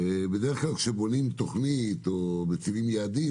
בדרך כלל כשבונים תוכנית או מציבים יעדים